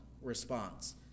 response